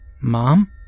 Mom